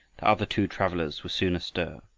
the other two travelers were soon astir,